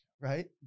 Right